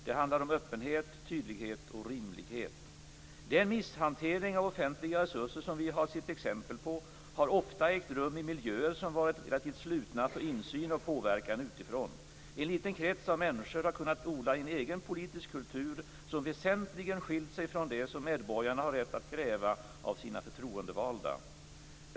Det handlar om öppenhet, tydlighet och rimlighet. Den misshantering av offentliga resurser, som vi har sett exempel på, har ofta ägt rum i miljöer, som varit relativt slutna för insyn och påverkan utifrån. En liten krets av människor har kunnat odla en egen politisk kultur som väsentligen skilt sig från det som medborgarna har rätt att kräva av sina förtroendevalda.